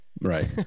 right